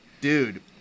dude